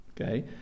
Okay